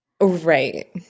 Right